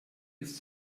ist